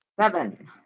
Seven